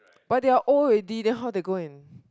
but they are old already then how they go and